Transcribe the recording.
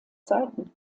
seiten